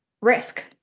risk